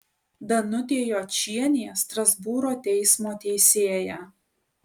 danutė jočienė strasbūro teismo teisėja